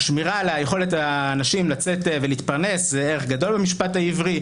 השמירה על יכולת הנושים לצאת ולהתפרנס זה ערך גדול במשפט העברי.